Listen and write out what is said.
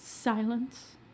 Silence